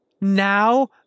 now